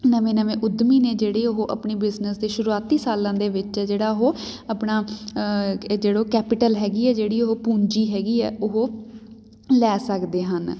ਨਵੇਂ ਨਵੇਂ ਉੱਦਮੀ ਨੇ ਜਿਹੜੇ ਉਹ ਆਪਣੇ ਬਿਜ਼ਨਸ ਦੇ ਸ਼ੁਰੂਆਤੀ ਸਾਲਾਂ ਦੇ ਵਿੱਚ ਜਿਹੜਾ ਉਹ ਆਪਣਾ ਜਿਹੜਾ ਉਹ ਕੈਪੀਟਲ ਹੈਗੀ ਆ ਜਿਹੜੀ ਉਹ ਪੂੰਜੀ ਹੈਗੀ ਆ ਉਹ ਲੈ ਸਕਦੇ ਹਨ